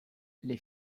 les